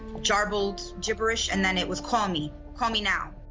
garbled gibberish, and then it was, call me, call me now.